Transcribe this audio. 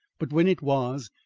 but when it was,